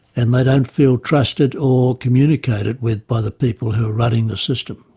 and they don't feel trusted or communicated with by the people who are running the system.